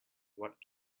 what